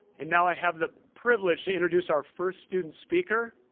and now i have the privilege to introduce our first student speaker,